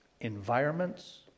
Environments